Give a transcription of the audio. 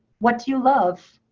what do you love?